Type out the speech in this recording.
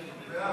בעד.